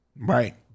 right